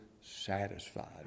satisfied